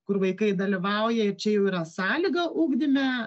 kur vaikai dalyvauja ir čia jau yra sąlyga ugdyme